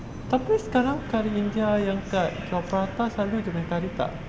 tapi sekarang kari india yang kat jual prata selalu dia punya kari tak